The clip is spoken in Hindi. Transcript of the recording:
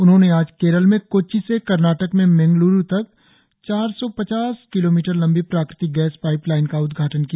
उन्होंने आज केरल में कोच्चि से कर्नाटक में मंगल्रु तक चार सौ पचास किलोमीटर लंबी पाकृतिक गैस पाइपलाइन का उदघाटन किया